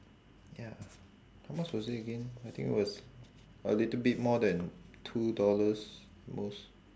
ya how much was it again I think was a little bit more than two dollars at most